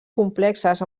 complexes